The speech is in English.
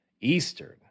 Eastern